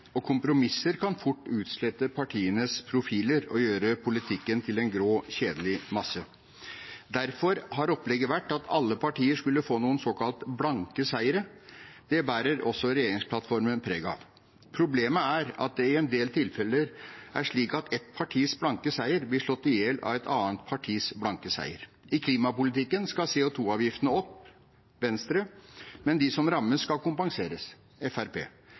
og kompromisser kan fort utslette partienes profiler og gjøre politikken til en grå, kjedelig masse. Derfor har opplegget vært at alle partier skulle få noen såkalte blanke seire. Det bærer også regjeringsplattformen preg av. Problemet er at det i en del tilfeller er slik at ett partis blanke seier blir slått i hjel av et annet partis blanke seier: I klimapolitikken skal CO2-avgiftene opp, Venstres, men de som rammes, skal kompenseres,